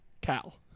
Cal